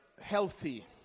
healthy